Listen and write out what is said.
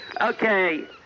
Okay